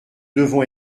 devons